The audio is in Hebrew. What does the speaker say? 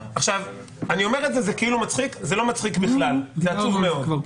זה כאילו מצחיק, זה לא מצחיק בכלל, זה עצוב מאוד.